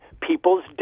people's